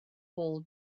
wall